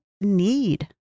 need